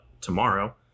tomorrow